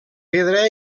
pedra